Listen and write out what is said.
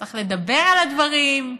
צריך לדבר על הדברים,